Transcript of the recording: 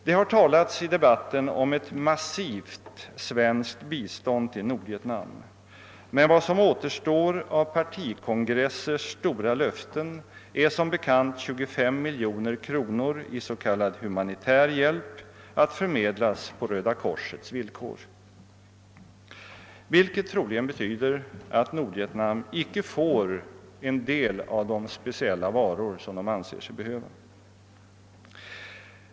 Det har i debatten talats om ett massivt svenskt bistånd till Nordvietnam, men vad som återstår av partikongressers stora löften är som bekant 23 miljoner kronor i s.k. humanitär hjälp att förmedla på Röda korsets villkor, vilket troligen betyder att Nordvietnam inte får en del av de speciella varor som det anser sig behöva.